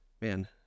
man